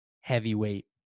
heavyweight